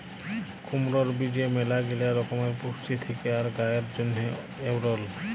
কুমড়র বীজে ম্যালাগিলা রকমের পুষ্টি থেক্যে আর গায়ের জন্হে এঔরল